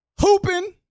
hooping